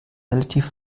relativ